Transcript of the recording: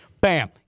Bam